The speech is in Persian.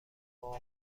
معاف